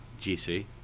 GC